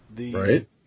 Right